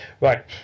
Right